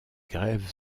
grèves